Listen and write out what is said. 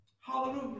Hallelujah